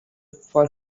for